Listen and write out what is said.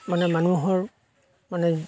মানে মানুহৰ মানে